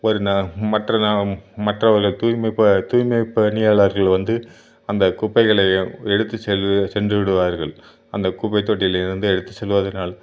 ஒரு நான் மற்றலாம் மற்றவர்களை தூய்மைப்ப தூய்மைப்பணியாளர்கள் வந்து அந்த குப்பைகளை எடுத்து செல் சென்றுவிடுவார்கள் அந்த குப்பைத் தொட்டியிலேருந்து எடுத்து செல்லுவதனால்